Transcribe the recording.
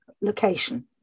location